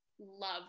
love